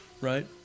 right